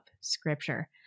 scripture